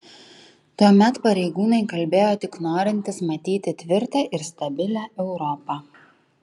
tuomet pareigūnai kalbėjo tik norintys matyti tvirtą ir stabilią europą